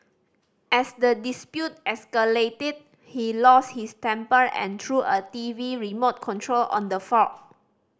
as the dispute escalated he lost his temper and threw a T V remote control on the four